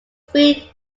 three